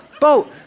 boat